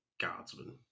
guardsmen